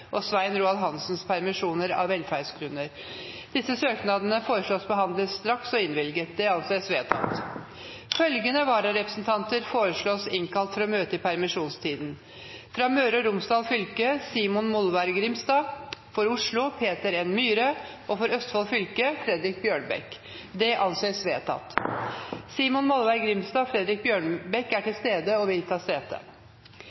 og Svein Roald Hansens permisjon, av velferdsgrunner. Etter forslag fra presidenten ble enstemmig besluttet: Søknadene behandles straks og innvilges. Følgende vararepresentanter innkalles for å møte i permisjonstiden: For Møre og Romsdal fylke: Simon Molvær GrimstadFor Oslo: Peter N. MyhreFor Østfold fylke: Fredrik Bjørnebekk Simon Molvær Grimstad og Fredrik Bjørnebekk er til stede og vil ta sete.